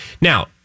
Now